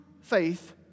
faith